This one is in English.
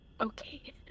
Okay